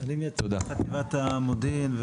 אני מייצג את חטיבת המודיעין,